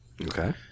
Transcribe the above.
Okay